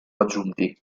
raggiunti